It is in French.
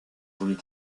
voulut